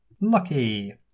Lucky